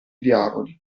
diavoli